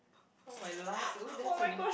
oh my last oh that's an interesting